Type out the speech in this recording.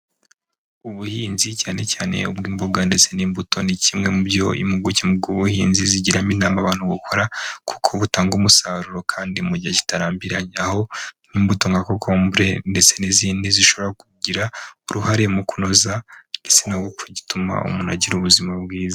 Ubuhinzi cyane cyane ubw'imboga ndetse n'imbuto, ni kimwe mu byo impuguke mu bw' ubuhinzi zigiramo inama abantu gukora, kuko butanga umusaruro kandi mu gihe kitarambiranye, aho imbuto nka kokombre ndetse n'izindi, zishobora kugira uruhare mu kunoza igitsina kuko gituma umuntu agira ubuzima bwiza.